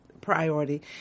priority